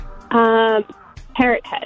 Parrothead